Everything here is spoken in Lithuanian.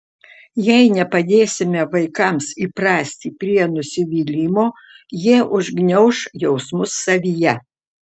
jei nepadėsime vaikams įprasti prie nusivylimo jie užgniauš jausmus savyje